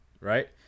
right